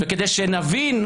כדי שנבין,